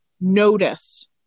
notice